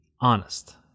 honest